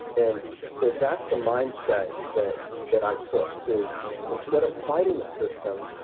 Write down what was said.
and so that's the mindset that that i took is instead of fighting the system,